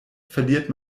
verliert